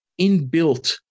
inbuilt